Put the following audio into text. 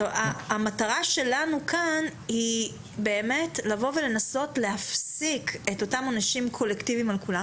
המטרה שלנו כאן היא לנסות להפסיק את אותם אנשים קולקטיבים על כולם.